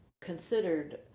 considered